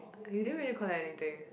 you don't really collect anything